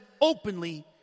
openly